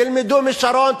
תלמדו משרון,